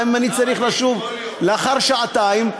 גם אם אני צריך לשוב לאחר שעתיים.